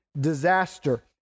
disaster